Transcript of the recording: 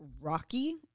rocky